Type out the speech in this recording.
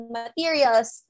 materials